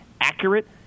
accurate